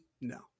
No